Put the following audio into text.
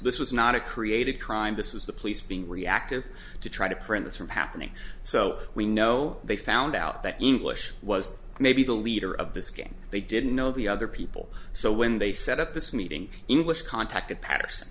this was not a created crime this was the police being reactive to try to pray it's from happening so we know they found out that english was maybe the leader of this game they didn't know the other people so when they set up this meeting english contacted paterson